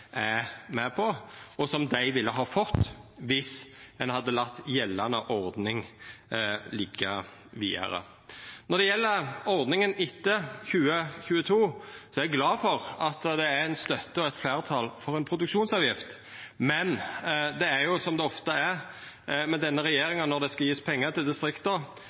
er med på, pengar dei ville ha fått viss ein hadde latt gjeldande ordning liggja vidare. Når det gjeld ordninga etter 2022, er eg glad for at det er støtte til og fleirtal for ei produksjonsavgift, men det er jo som det er ofte er med denne regjeringa når det skal gjevast pengar til distrikta: